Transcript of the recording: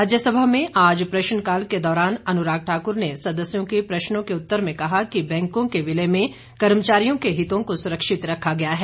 राज्यसभा में आज प्रश्नकाल के दौरान अनुराग ठाकुर ने सदस्यों के प्रश्नों के उत्तर में कहा कि बैंकों के विलय में कर्मचारियों के हितों को सुरक्षित रखा गया है